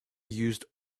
used